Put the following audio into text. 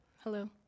Hello